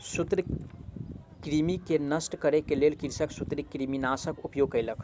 सूत्रकृमि के नष्ट करै के लेल कृषक सूत्रकृमिनाशकक उपयोग केलक